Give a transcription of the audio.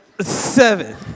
Seven